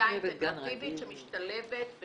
למידה אינטנסיבית שמשתלבת.